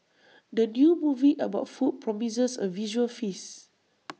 the new movie about food promises A visual feast